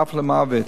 ואף למוות.